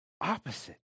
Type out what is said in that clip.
opposite